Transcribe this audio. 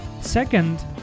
second